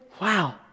Wow